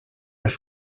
eich